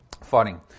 fighting